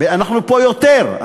אנחנו פה יותר,